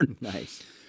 Nice